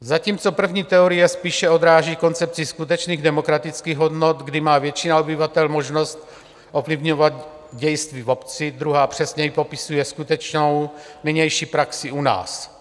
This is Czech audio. Zatímco první teorie spíše odráží koncepci skutečných demokratických hodnot, kdy má většina obyvatel možnost ovlivňovat dějství v obci, druhá přesněji popisuje skutečnou nynější praxi u nás.